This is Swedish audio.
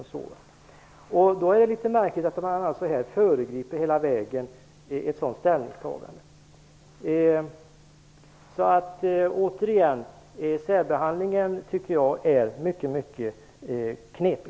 Det är då litet märkligt att man här hela vägen föregriper ett sådant ställningstagande. Återigen: Jag tycker att särbehandlingen är mycket knepig.